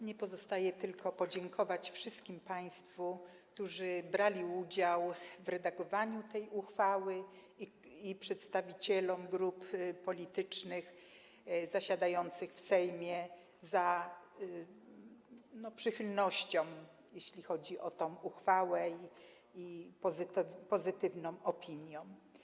Mnie pozostaje tylko podziękować wszystkim państwu, którzy brali udział w redagowaniu tej uchwały, i przedstawicielom grup politycznych zasiadających w Sejmie za przychylność, jeśli chodzi o tę uchwałę i pozytywną opinię.